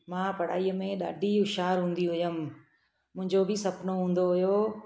मां पढ़ाईअ में ॾाढी होश्यारु हूंदी हुअमि मुंहिंजो बि सुपिनो हूंदो हुओ